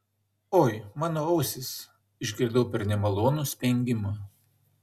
oi mano ausys išgirdau per nemalonų spengimą